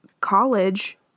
college